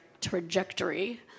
trajectory